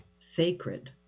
sacred